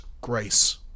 grace